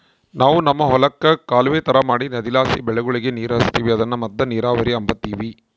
ನಾವು ನಮ್ ಹೊಲುಕ್ಕ ಕಾಲುವೆ ತರ ಮಾಡಿ ನದಿಲಾಸಿ ಬೆಳೆಗುಳಗೆ ನೀರು ಹರಿಸ್ತೀವಿ ಅದುನ್ನ ಮದ್ದ ನೀರಾವರಿ ಅಂಬತೀವಿ